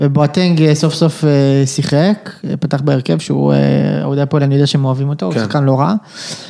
ובואטנג סוף סוף שיחק פתח בהרכב שהוא אוהדי הפועל אני יודע שהם אוהבים אותו הוא שחקן כאן לא רע.